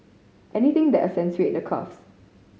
anything the accentuate the curves